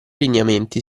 lineamenti